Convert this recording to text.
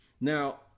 Now